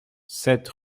sept